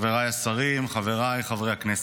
חבריי השרים, חבריי חברי הכנסת,